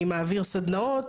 אני מעביר סדנאות.